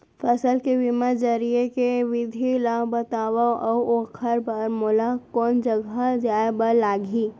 फसल के बीमा जरिए के विधि ला बतावव अऊ ओखर बर मोला कोन जगह जाए बर लागही?